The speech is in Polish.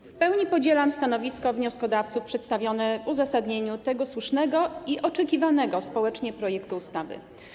W pełni podzielam stanowisko wnioskodawców przedstawione w uzasadnieniu tego słusznego i oczekiwanego społecznie projektu ustawy.